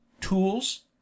tools